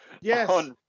Yes